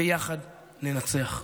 ביחד ננצח.